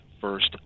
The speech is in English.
first